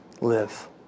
live